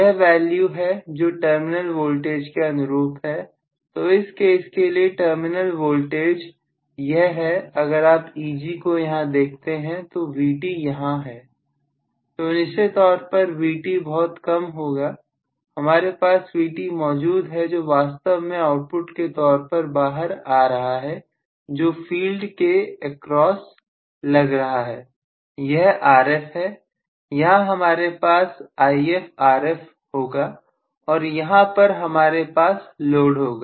यह वैल्यू है जो टर्मिनल वोल्टेज के अनुरूप है तो इस केस के लिए टर्मिनल वोल्टेज यह है अगर आप Eg को यहां देखते हैं तो Vt यहां है तो निश्चित तौर पर Vt बहुत कम होगा हमारे पास Vt मौजूद है जो वास्तव में आउटपुट के तौर पर बाहर आ रहा है जो फील्ड के एक्रॉस लग रहा है यह Rf है यहां हमारे पास IfRf होगा और यहां पर हमारे पास लोड होगा